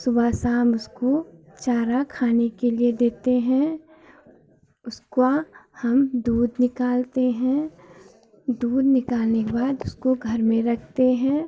सुबह शाम उसको चारा खाने के लिए देते हैं उसका हम दूध निकालते हैं दूध निकालने के बाद उसको घर में रखते हैं